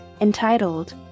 entitled